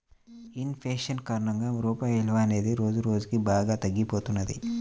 in fashion కారణంగా రూపాయి విలువ అనేది రోజురోజుకీ బాగా తగ్గిపోతున్నది